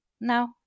now